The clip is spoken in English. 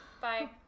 Bye